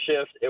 shift